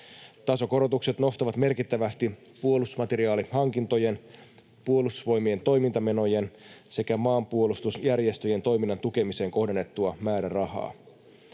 Tasokorotukset nostavat merkittävästi puolustusmateriaalihankintojen, Puolustusvoimien toimintamenojen sekä maanpuolustusjärjestöjen toiminnan tukemiseen kohdennettua määrärahaa.